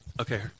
Okay